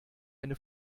eine